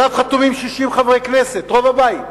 שעליו חתומים 60 חברי כנסת, רוב הבית.